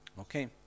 Okay